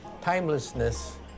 timelessness